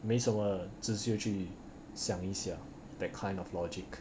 没什么只是去想一想 that kind of logic